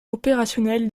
opérationnel